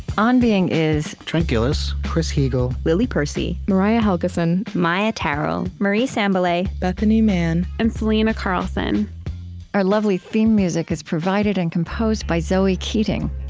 on being is trent gilliss, chris heagle, lily percy, mariah helgeson, maia tarrell, marie sambilay, bethanie mann, and selena carlson our lovely theme music is provided and composed by zoe keating.